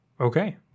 okay